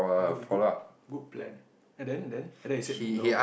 good good good plan and then then and then you said no